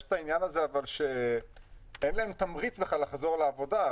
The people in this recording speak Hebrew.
יש את העניין הזה שאין להם תמריץ לחזור לעבודה.